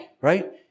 right